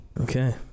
Okay